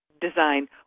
design